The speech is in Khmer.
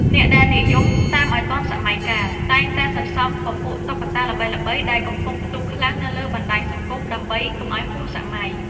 អ្នកដែលនិយមតាមឱ្យទាន់សម័យកាល តែងតែសន្សំពពួកតុក្កតាល្បីៗដែលកំពុងផ្ទុះខ្លាំងនៅលើបណ្ដាញសង្គមដើម្បីកុំឱ្យហួសសម័យ។